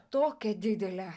tokią didelę